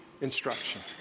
instruction